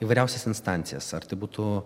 įvairiausias instancijas ar tai būtų